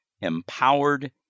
empowered